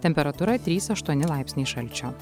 temperatūra trys aštuoni laipsniai šalčio